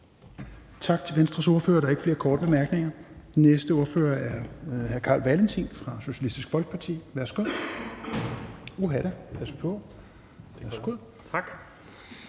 Tak til Venstres ordfører – der er ikke flere korte bemærkninger. Den næste ordfører er hr. Carl Valentin fra Socialistisk Folkeparti. Værsgo.